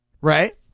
Right